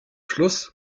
schluss